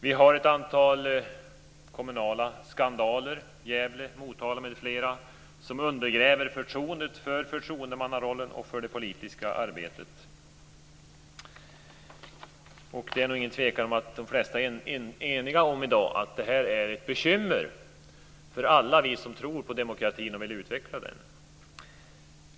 Vi har ett antal kommunala skandaler - Gävle, Motala m.fl. - som undergräver förtroendemannarollens och det politiska arbetets anseende. Det är nog inget tvivel om att de flesta i dag är eniga om att detta är ett bekymmer för alla oss som tror på demokratin och vill utveckla den.